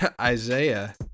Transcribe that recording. Isaiah